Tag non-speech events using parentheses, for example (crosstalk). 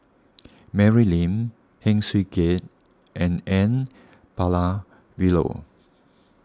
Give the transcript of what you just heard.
(noise) Mary Lim Heng Swee Keat and N Palanivelu